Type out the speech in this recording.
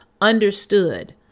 understood